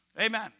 Amen